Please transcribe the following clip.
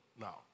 now